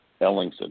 Ellingson